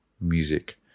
music